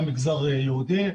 גם מגזר יהודי.